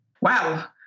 Wow